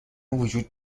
وجود